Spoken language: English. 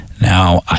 Now